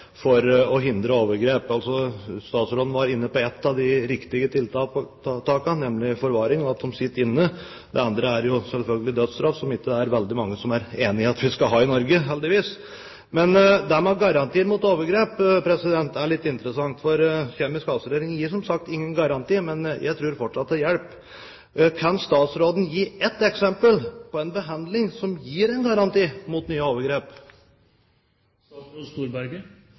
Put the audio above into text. de sitter inne. Det andre er selvfølgelig dødsstraff, som ikke veldig mange er enig i at vi skal ha i Norge, heldigvis. Å gi en garanti mot overgrep er litt interessant, for kjemisk kastrering gir som sagt ingen garanti, men jeg tror fortsatt det hjelper. Kan statsråden gi ett eksempel på en behandling som gir en garanti mot nye overgrep?